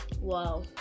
wow